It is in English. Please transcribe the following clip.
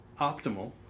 optimal